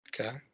Okay